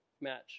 match